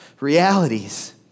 realities